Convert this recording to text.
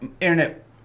internet